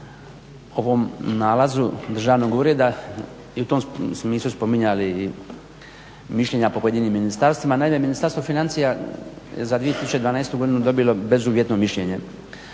o ovom nalazu državnom, … i u tom smislu spominjali mišljenja po pojedinim ministarstvima. Naime Ministarstvo financija za 2012.godinu dobilo bezuvjetno mišljenje.